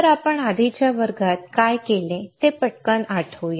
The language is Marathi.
तर आपण आधीच्या वर्गात काय केले ते पटकन आठवू या